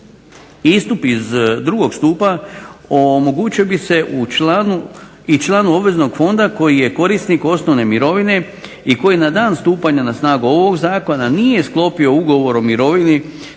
Istup iz drugog stupa omogućio bi se i članu obveznog fonda koji je korisnik osnovne mirovine i koji na dan stupanja na snagu ovog zakona nije sklopio ugovor o mirovini